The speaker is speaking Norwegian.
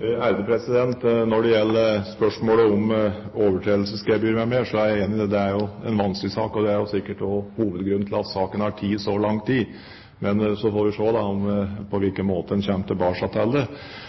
Når det gjelder spørsmålet om overtredelsesgebyr m.m., er jeg enig. Det er jo en vanskelig sak, og det er sikkert også hovedgrunnen til at saken har tatt så lang tid. Men så får vi se på hvilken måte vi kommer tilbake